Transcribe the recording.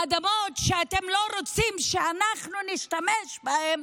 האדמות שאתם לא רוצים שאנחנו נשתמש בהן,